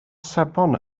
sebon